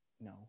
No